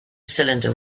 cylinder